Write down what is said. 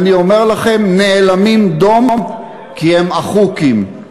אני אומר לכם, נאלמים דום כי הם "אחוקים"